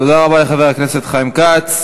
תודה רבה לחבר הכנסת חיים כץ.